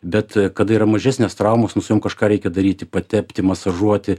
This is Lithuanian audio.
bet kada yra mažesnės traumos nu su jom kažką reikia daryti patepti masažuoti